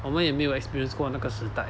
我们也没有 experience 过那个时代